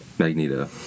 Magneto